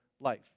life